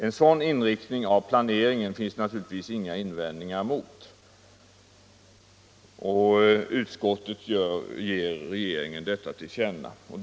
En sådan inriktning av planeringen finns det naturligtvis inga invändningar emot, och utskottet vill att riksdagen skall ge regeringen detta till känna.